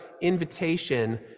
invitation